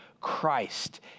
Christ